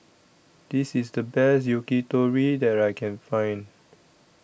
This IS The Best Yakitori that I Can Find